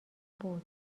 بود